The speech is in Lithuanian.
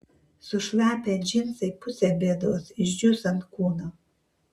sušlapę džinsai pusė bėdos išdžius ant kūno